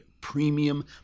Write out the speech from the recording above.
premium